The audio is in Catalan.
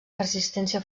resistència